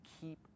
keep